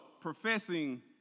professing